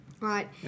Right